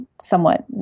somewhat